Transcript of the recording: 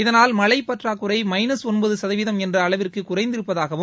இதனால் மழை பற்றாக்குறை மைனஸ் ஒன்பது சதவீதம் என்ற அளவிற்கு குறைந்திருப்பதாகவும்